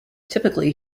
typically